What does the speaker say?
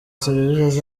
serivisi